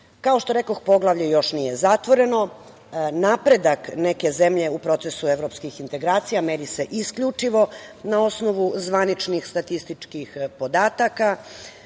što rekoh, poglavlje još nije zatvoreno. Napredak neke zemlje u procesu evropskih integracija meri se isključivo na osnovu zvaničnih statističkih podataka. Ono